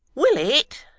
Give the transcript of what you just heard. willet,